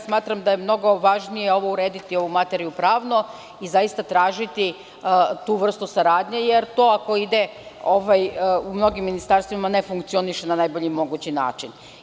Smatram da je mnogo važnije urediti ovu materiju pravno i zaista tražiti tu vrstu saradnje, jer to u mnogim ministarstvima ne funkcioniše na najbolji mogući način.